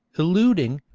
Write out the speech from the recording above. eluding,